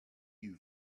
you